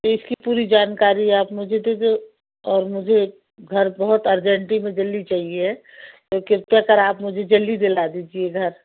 तो इसकी पूरी जानकारी आप मुझे दे दो और मुझे घर बहुत अर्जेंटी में जल्दी चाहिए तो कृपया कर आप मुझे जल्दी दिला दीजिए घर